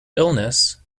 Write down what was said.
illness